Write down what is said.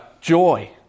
joy